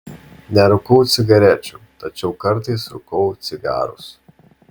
nerūkau cigarečių tačiau kartais rūkau cigarus